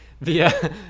via